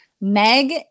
Meg